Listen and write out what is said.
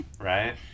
Right